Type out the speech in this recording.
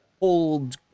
old